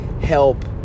help